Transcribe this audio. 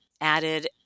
added